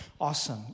Awesome